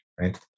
Right